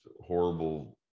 horrible